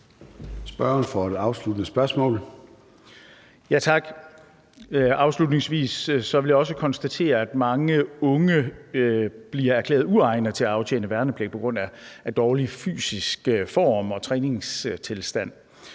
Spørgeren for et afsluttende spørgsmål. Kl. 13:08 Carsten Bach (LA): Tak. Afslutningsvis vil jeg også konstatere, at mange unge bliver erklæret uegnede til at aftjene værnepligt på grund af dårlig fysisk form og træningstilstand.